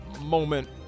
moment